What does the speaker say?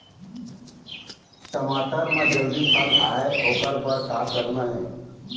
टमाटर म जल्दी फल आय ओकर बर का करना ये?